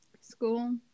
school